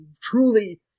truly